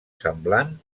semblant